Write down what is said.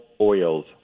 oils